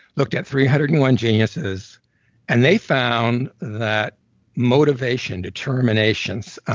looked at three hundred and one geniuses and they found that motivation, determinations,